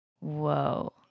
Whoa